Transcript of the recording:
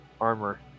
armor